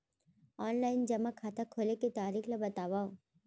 Online जेमा खाता खोले के तरीका ल बतावव?